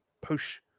push